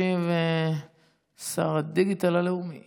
ישיב שר הדיגיטל הלאומי